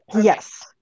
yes